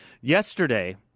Yesterday